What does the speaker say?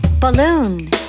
Balloon